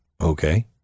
okay